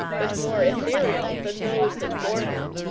but more ethereal than those that bore him.